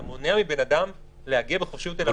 אתה מונע מבן אדם להגיע בחופשיות אל הבית שלו.